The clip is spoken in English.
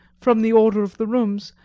from the order of the rooms,